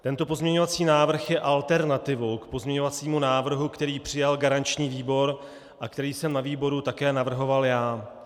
Tento pozměňovací návrh je alternativou k pozměňovacímu návrhu, který přijal garanční výbor a který jsem na výboru také navrhoval já.